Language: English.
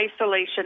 isolation